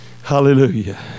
Hallelujah